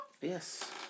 Yes